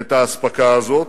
את האספקה הזאת